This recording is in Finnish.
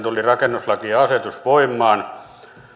tuli rakennuslaki ja asetus voimaan